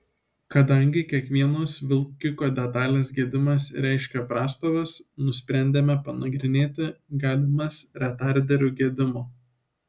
kadangi kiekvienos vilkiko detalės gedimas reiškia prastovas nusprendėme panagrinėti galimas retarderių gedimo